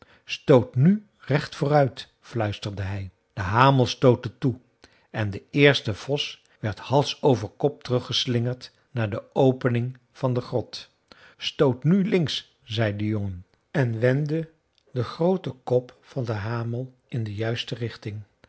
stoot nu recht vooruit fluisterde hij de hamel stootte toe en de eerste vos werd halsoverkop teruggeslingerd naar de opening van de grot stoot nu links zei de jongen en wendde den grooten kop van den hamel in de juiste richting